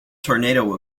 tornado